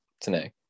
today